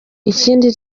ikindi